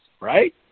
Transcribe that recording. right